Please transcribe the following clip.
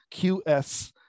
qs